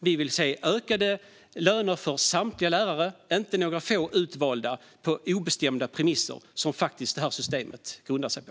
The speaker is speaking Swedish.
Vi vill se ökade löner för samtliga lärare och inte för några få utvalda på obestämda premisser, vilket det här systemet faktiskt grundar sig på.